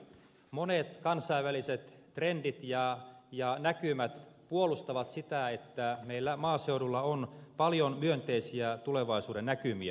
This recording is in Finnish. monet kansainväliset trendit ja näkymät puolustavat sitä että meillä maaseudulla on paljon myönteisiä tulevaisuudennäkymiä